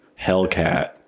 Hellcat